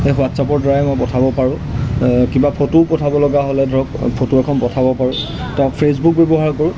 সেই হোৱাটছআপৰ দ্বাৰাই মই পঠিয়াব পাৰোঁ কিবা ফটোও পঠিয়াব লগা হ'লে ধৰক ফটো এখন পঠিয়াব পাৰোঁ তা ফেচবুক ব্যৱহাৰ কৰোঁ